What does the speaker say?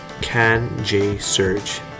CanJSurge